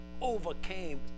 overcame